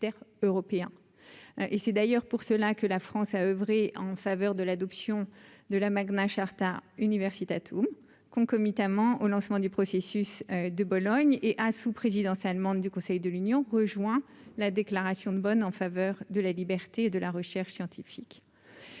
c'est d'ailleurs pour cela que la France à oeuvrer en faveur de l'adoption de la maïzena charte Universiteit ou concomitamment au lancement du processus de Bologne et ah sous présidence allemande du Conseil de l'Union rejoint la déclaration de bonnes en faveur de la liberté de la recherche scientifique,